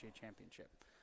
championship